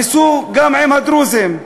ניסו גם עם הדרוזים,